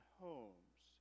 homes